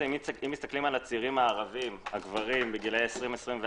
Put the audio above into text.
אם מסתכלים על הצעירים הערבים הגברים בגילאי 20-24,